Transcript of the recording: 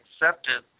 accepted